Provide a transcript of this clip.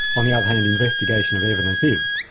on the other hand, investigation of evidence is.